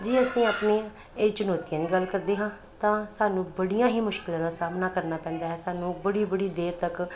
ਜੇ ਅਸੀਂ ਆਪਣੀ ਇਹ ਚੁਨੌਤੀਆਂ ਦੀ ਗੱਲ ਕਰਦੇ ਹਾਂ ਤਾਂ ਸਾਨੂੰ ਬੜੀਆਂ ਹੀ ਮੁਸ਼ਕਿਲਾਂ ਦਾ ਸਾਹਮਣਾ ਕਰਨਾ ਪੈਂਦਾ ਹੈ ਸਾਨੂੰ ਬੜੀ ਬੜੀ ਦੇਰ ਤੱਕ